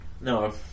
No